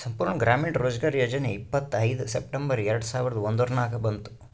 ಸಂಪೂರ್ಣ ಗ್ರಾಮೀಣ ರೋಜ್ಗಾರ್ ಯೋಜನಾ ಇಪ್ಪತ್ಐಯ್ದ ಸೆಪ್ಟೆಂಬರ್ ಎರೆಡ ಸಾವಿರದ ಒಂದುರ್ನಾಗ ಬಂತು